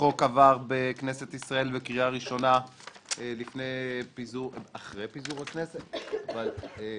החוק עבר בכנסת ישראל בקריאה ראשונה אחרי פיזור הכנסת בוועדת